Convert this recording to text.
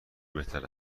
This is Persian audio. بهتر